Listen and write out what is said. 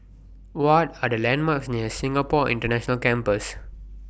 What Are The landmarks near Singapore International Campus